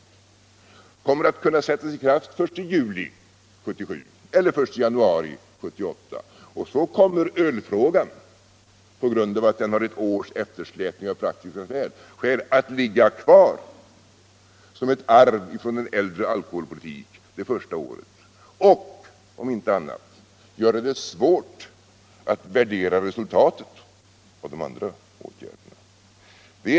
De åtgärderna kommer att sättas i kraft den 1 juli 1977 eller den 1 januari 1978. Och så kommer ölfrågan under det första året att ligga kvar som ett arv från en äldre alkoholpolitik, därför att den av praktiska skäl har ett års eftersläpning. Och det, om inte annat, gör det svårt att värdera resultatet av de andra åtgärderna.